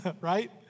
right